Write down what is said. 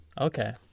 Okay